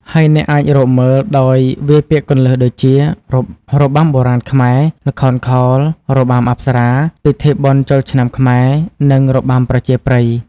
ហើយអ្នកអាចរកមើលដោយវាយពាក្យគន្លឹះដូចជា របាំបុរាណខ្មែរ ល្ខោនខោល របាំអប្សរា ពិធីបុណ្យចូលឆ្នាំខ្មែរ នឹង របាំប្រជាប្រិយ។